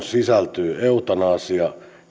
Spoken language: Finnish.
sisältyy eutanasia